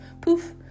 poof